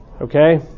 Okay